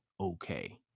okay